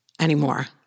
anymore